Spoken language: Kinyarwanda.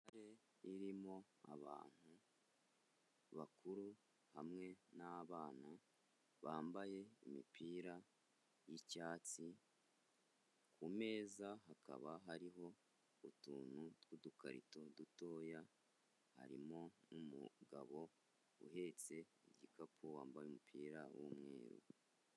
Irimo abantu bakuru hamwe n'abana bambaye imipira y'icyatsi, ku meza hakaba hariho utuntu tw'udukarito dutoya, harimo n'umugabo uhetse igikapu wambaye umupira w'umweru.